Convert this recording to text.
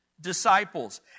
disciples